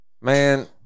Man